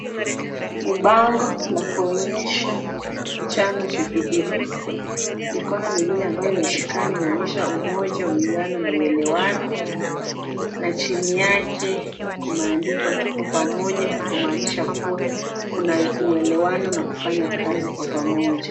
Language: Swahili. Ni bango la kuonyesha chama cha Jubilee, mikono miwili ambayo imeshikana inaonyesha umoja, uwiano na uelewano na chini yake kumeandikwa tuko pamoja kumaaniasha kua kuna uelewano na kufanya kazi kwa pamoja.